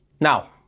Now